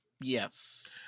Yes